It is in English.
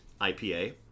IPA